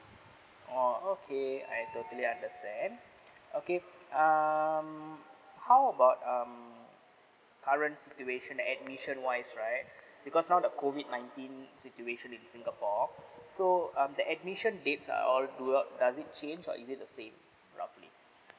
oh okay I totally understand okay um how about um current situation admission wise right because now the COVID nineteen situation in singapore or so um the admission dates are all screw up does it change or is it the same roughly